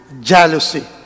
jealousy